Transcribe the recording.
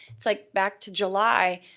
it's like back to july,